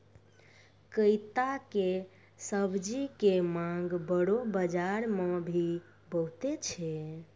कैता के सब्जी के मांग बड़ो बाजार मॅ भी बहुत छै